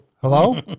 Hello